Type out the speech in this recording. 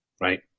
right